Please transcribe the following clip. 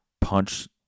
punch